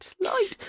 light